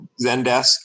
Zendesk